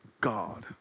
God